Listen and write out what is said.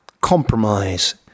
compromise